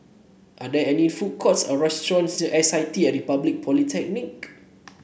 are there any food courts or restaurants near S I T at Republic Polytechnic